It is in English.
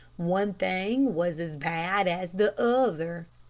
one thing was as bad as the other.